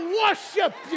worship